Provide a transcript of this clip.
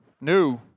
new